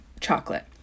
chocolate